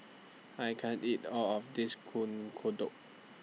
I can't eat All of This Kuih Kodok